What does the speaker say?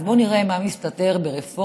אז בואו נראה מה מסתתר ברפורמת